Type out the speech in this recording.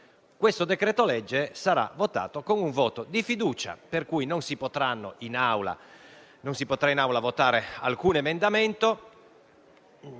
del decreto-legge sarà votato con un voto di fiducia, per cui non si potrà in Aula votare alcun emendamento